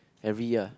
every year